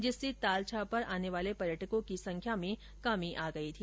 जिससे तालछापर आने वाले पर्यटकों की संख्या में कमी आ गई थी